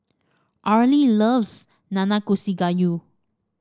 Arley loves Nanakusa Gayu